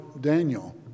Daniel